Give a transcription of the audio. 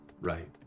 right